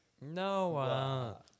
No